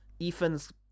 Ethan's